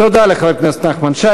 תודה לחבר הכנסת נחמן שי.